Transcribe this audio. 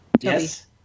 Yes